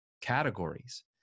categories